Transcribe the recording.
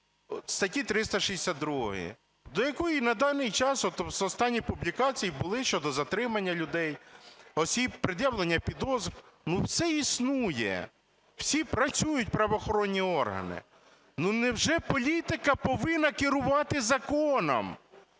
статті 362, до якої на даний час от останні публікації були щодо затримання людей, осіб, пред'явлення підозр. Ну, це існує, всі працюють правоохоронні органи. Ну, невже політика повинна керувати законом?